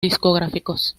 discográficos